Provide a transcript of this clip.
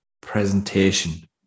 presentation